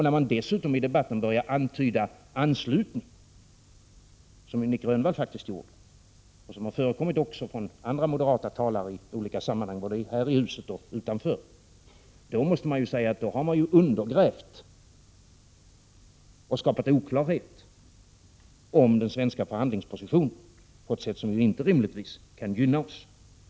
När man dessutom i debatten börjar komma med antydningar om anslutning — som Nic Grönvall faktiskt gjorde, och som har förekommit från andra moderata talare i olika sammanhang både här i huset och utanför — då har man undergrävt och skapat oklarhet om den svenska förhandlingspositionen på ett sätt som inte rimligtvis kan gynna oss.